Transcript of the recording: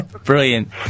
Brilliant